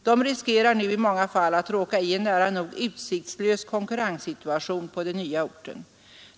De riskerar nu i många fall att råka i en nära nog utsiktslös konkurrenssituation på den nya orten.